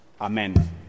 Amen